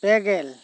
ᱯᱮ ᱜᱮᱞ